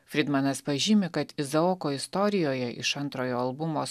fridmanas pažymi kad izaoko istorijoje iš antrojo albumo